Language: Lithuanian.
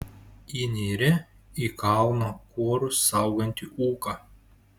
įnyri į kalno kuorus saugantį ūką